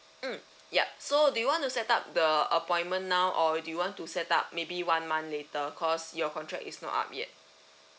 mm yup so do you want to set up the appointment now or do you want to set up maybe one month later cause your contract is not up yet